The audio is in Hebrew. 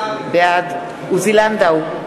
בעד עוזי לנדאו,